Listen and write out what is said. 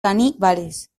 caníbales